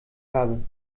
habe